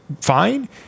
fine